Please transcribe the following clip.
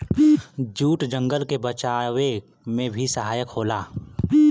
jute जंगल के बचावे में भी सहायक होला